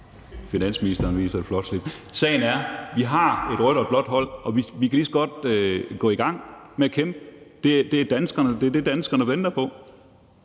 finansministeren viser et flot slips. Sagen er, at vi har et rødt og et blåt hold, og vi kan lige så godt gå i gang med at kæmpe. Det er det, danskerne venter på.